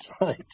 right